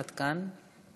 עד כאן.